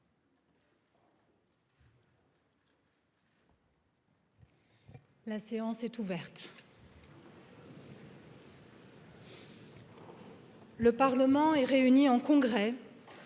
la séance est ouverte le parlement est réuni en congrès